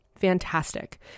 fantastic